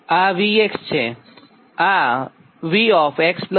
આ V છે અને આ V x ∆x છે